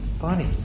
funny